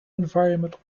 environment